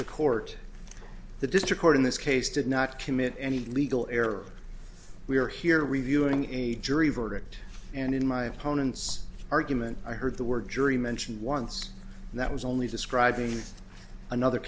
the court the district court in this case did not commit any legal error we are here reviewing a jury verdict and in my opponent's argument i heard the word jury mentioned once and that was only describing another